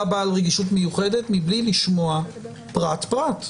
בעל רגישות מיוחדת מבלי לשמוע פרט-פרט.